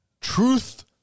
truth